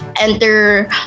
enter